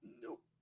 Nope